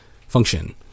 function